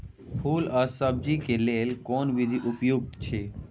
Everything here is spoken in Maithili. फूल आ सब्जीक लेल कोन विधी उपयुक्त अछि?